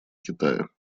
китая